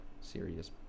serious